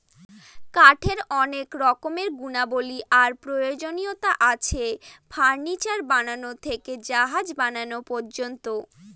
কাঠের অনেক রকমের গুণাবলী আর প্রয়োজনীয়তা আছে, ফার্নিচার বানানো থেকে জাহাজ বানানো পর্যন্ত